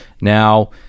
Now